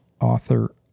author